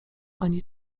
ani